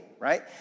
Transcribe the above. right